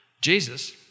Jesus